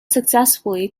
successfully